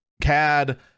CAD